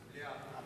מה אתה מציע?